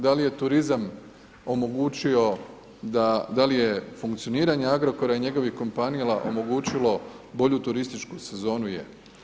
Da li je turizam omogućio, da li je funkcioniranje Agrokora i njegovih kompanija omogućilo bolju turističku sezonu, je.